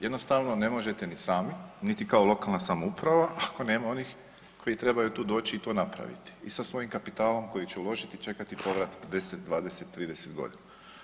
Jednostavno ne možete ni sami niti kao lokalna samouprava, ako nema onih koji trebaju tu doći i to napraviti i sa svojim kapitalom koji će uložiti i čekati povrat 10, 20, 30 godina.